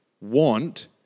want